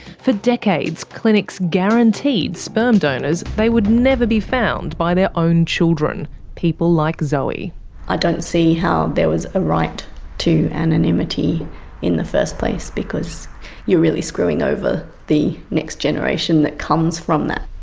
for decades clinics guaranteed sperm donors they would never be found by their own children, people like zoe zoe i don't see how there was a right to anonymity in the first place because you're really screwing over the next generation that comes from that.